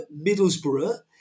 Middlesbrough